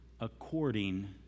according